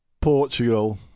Portugal